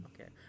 okay